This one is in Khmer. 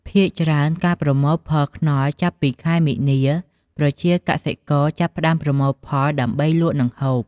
ភាគច្រើនការប្រមូលផលខ្នុរចាប់ពីខែមីនា ប្រជាកសិករចាប់ផ្តើមប្រមូលផលដើម្បីលក់និងហូប។